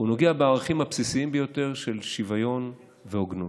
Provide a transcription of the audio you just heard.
הוא נוגע בערכים הבסיסיים ביותר של שוויון והוגנות.